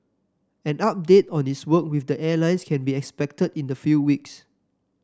an update on its work with the airlines can be expected in a few weeks